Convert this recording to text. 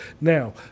now